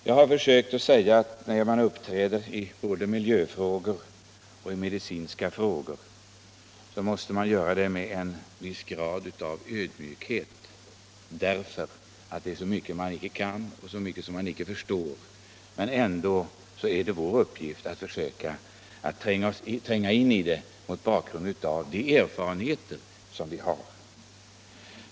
Jag har försökt säga att när man uppträder både i miljöfrågor och i medicinska frågor, måste man göra det med en viss grad av ödmjukhet därför att det är så mycket som man icke kan och så mycket som man icke förstår. Men ändå är det vår uppgift att försöka tränga in i problemet mot bakgrund av de erfarenheter vi har.